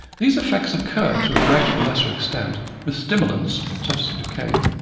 these effects occur to a greater or lesser extent with stimulants such as cocaine,